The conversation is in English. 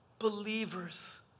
believers